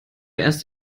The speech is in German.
erst